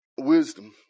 wisdom